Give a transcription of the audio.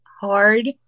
hard